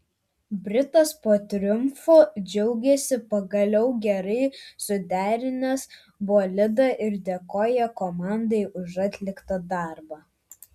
britas po triumfo džiaugėsi pagaliau gerai suderinęs bolidą ir dėkojo komandai už atliktą darbą